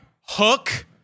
Hook